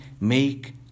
make